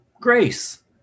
grace